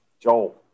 Joel